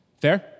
Fair